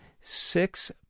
six